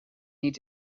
niet